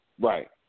Right